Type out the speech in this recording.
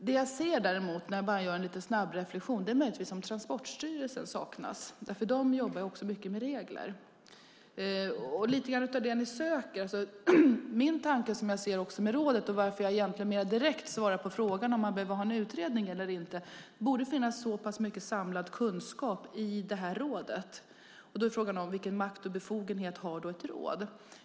När jag helt snabbt gör en reflexion undrar jag om Transportstyrelsen möjligtvis saknas. De jobbar också mycket med regler och lite annat av det ni söker. Min tanke med rådet som jag ser det och anledningen till att jag egentligen mer direkt svarar på frågan om en utredning behövs eller inte är att det borde finnas mycket kunskap samlad i rådet. Frågan är vilken makt och vilka befogenheter ett råd har.